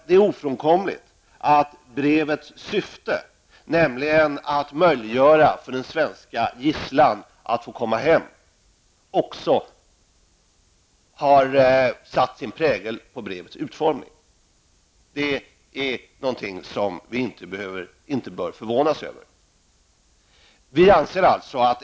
Det är ofrånkomligt att brevets syfte, nämligen att möjliggöra för den svenska gisslan att få komma hem, också har satt sin prägel på dess utformning. Det är något som vi inte bör förvåna oss över.